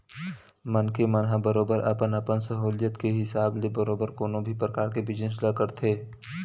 मनखे मन ह बरोबर अपन अपन सहूलियत के हिसाब ले बरोबर कोनो भी परकार के बिजनेस ल करथे